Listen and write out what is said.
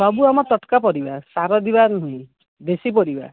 ସବୁ ଆମର ତଟକା ପରିବା ସାର ଦିଆ ନୁହେଁ ଦେଶୀ ପରିବା